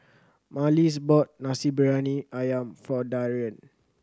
Marlys bought Nasi Briyani Ayam for Darrian